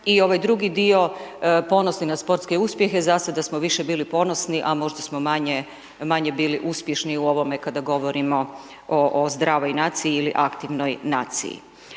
i ovaj drugi dio ponosni na sportske uspjehe, zasad smo više bili ponosi, a možda smo manje bili uspješni u ovome kada govorimo o zdravoj naciji ili aktivnoj naciji.